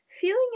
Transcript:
feeling